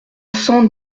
cent